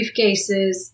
briefcases